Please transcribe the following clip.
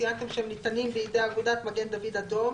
ציינתם שהם ניתנים בידי אגודת מגן דוד אדום